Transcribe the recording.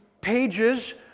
pages